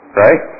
right